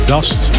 Dust